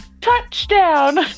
touchdown